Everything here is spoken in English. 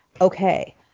okay